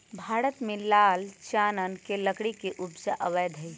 भारत में लाल चानन के लकड़ी के उपजा अवैध हइ